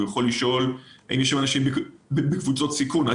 הוא יכול לשאול האם יש שם אנשים בקבוצות סיכון וכו'.